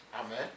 Amen